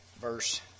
verse